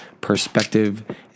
perspective